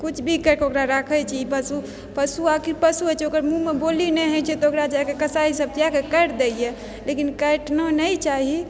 कुछ भी करिके ओकरा राखै छी ई पशु पशु आखिर पशु होइ छै ओकर मूँहमे बोली नहि होइ छै तऽ ओकरा जाकऽ कसाइ सब जा कऽ काटि दै लेकिन काटना नहि चाही